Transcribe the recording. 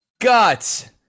Guts